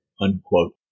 unquote